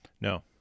No